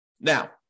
Now